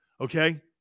Okay